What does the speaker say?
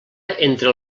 entre